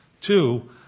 Two